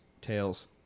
Tails